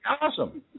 Awesome